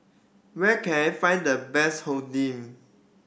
where can I find the best Oden